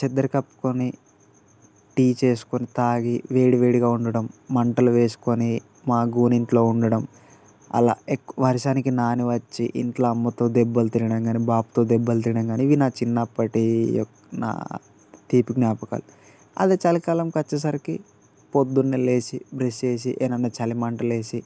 చద్దరు కప్పుకుని టీ చేసుకుని తాగి వేడివేడిగా ఉండడం మంటలు వేసుకుని మా గూని ఇంటిలో ఉండడం అలా ఎక్ వర్షానికి నాని వచ్చి ఇంటిలో అమ్మతో దెబ్బలు తినడం కానీ బాబుతో దెబ్బలు తినడం కానీ ఇవి నా చిన్నప్పటి యొ నా తీపి జ్ఞాపకాలు అదే చలికాలానికి వచ్చేసరికి పొద్దున్నే లేచి బ్రష్ చేసి ఏదన్నా చలిమంటలు వేసి